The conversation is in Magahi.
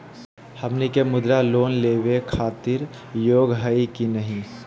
हमनी के मुद्रा लोन लेवे खातीर योग्य हई की नही?